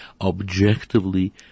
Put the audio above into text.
objectively